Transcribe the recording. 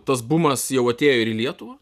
tas bumas jau atėjo ir į lietuvą